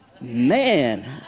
Man